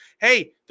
hey